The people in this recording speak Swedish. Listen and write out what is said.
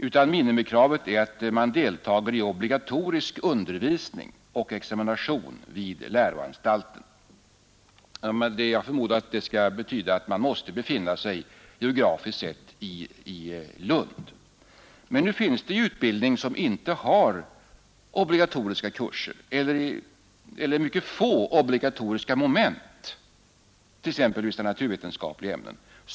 utan minimikravet är att man deltar i obligatorisk undervisning och examination vid läroanstalten. Jag förmodar att detta skall betyda att man måste befinna sig geografiskt sett i Lund. Men det finns utbildning som inte har obligatoriska kurser eller mycket få obligatoriska moment, t.ex. vissa naturvetenskapliga ämnen.